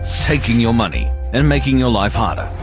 taking your money and making your life harder.